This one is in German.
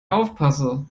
aufpasse